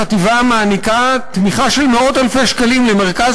החטיבה מעניקה תמיכה של מאות אלפי שקלים למרכז